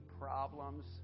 problems